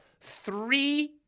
three